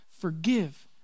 Forgive